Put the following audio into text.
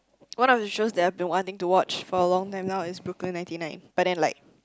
one of the shows that I've been wanting to watch for a long time now is Brooklyn ninety nine but then like